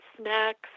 snacks